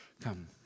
Come